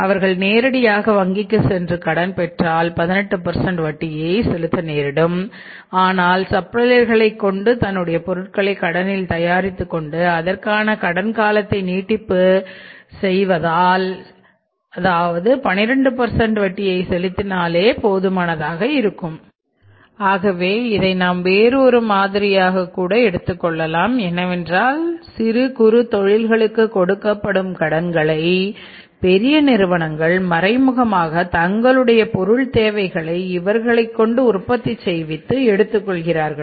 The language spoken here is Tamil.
அவர்கள் நேரடியாக வங்கிக்கு சென்று கடன் பெற்றால் 18 வட்டியை செலுத்த நேரிடும் ஆனால் சப்ளையர் களைக் கொண்டு தன்னுடைய பொருட்களை கடனில் தயாரித்துக் கொண்டு அதற்கான கடன் காலத்தையும் நீட்டிப்பு செய்தால் 12 வட்டியை செலுத்தினாலே போதுமானதாக இருக்கும் ஆகவே இதை நாம் வேறு மாதிரியாக கூட எடுத்துக்கொள்ளலாம் என்னவென்றால் சிறு குறு தொழில்களுக்கு கொடுக்கப்படும் கடன்களை பெரிய நிறுவனங்கள் மறைமுகமாக தங்களுடைய பொருள் தேவைகளை இவர்களைக் கொண்டு உற்பத்தி செய்வித்து எடுத்துக் கொள்கிறார்கள்